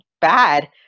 bad